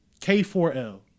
K4L